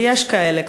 ויש כאלה,